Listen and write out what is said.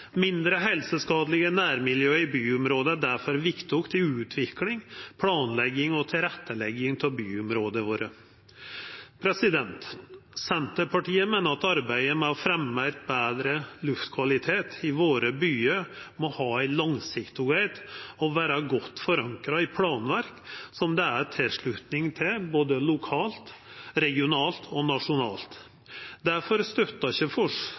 Mindre helseskadelege nærmiljø i byområda er difor viktig i utviklinga, planlegginga og tilrettelegginga av byområda våre. Senterpartiet meiner at arbeidet med å fremja betre luftkvalitet i byane våre må vera langsiktig og godt forankra i planverk som det er tilslutning til både lokalt, regionalt og nasjonalt. Difor støttar ikkje